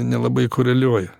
nelabai koreliuoja